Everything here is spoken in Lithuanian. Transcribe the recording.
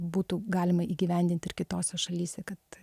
būtų galima įgyvendint ir kitose šalyse kad